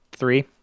three